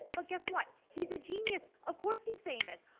but guess what? he's a genius, of course he's famous.